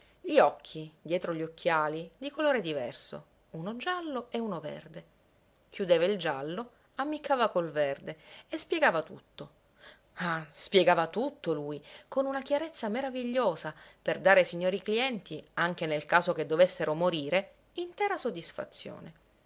gli occhi dietro gli occhiali di colore diverso uno giallo e uno verde chiudeva il giallo ammiccava col verde e spiegava tutto ah spiegava tutto lui con una chiarezza maravigliosa per dare ai signori clienti anche nel caso che dovessero morire intera soddisfazione